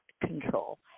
control